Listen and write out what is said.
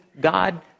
God